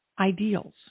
ideals